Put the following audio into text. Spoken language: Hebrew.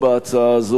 ותיקונים,